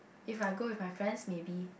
if I go with my friends maybe